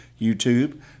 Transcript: YouTube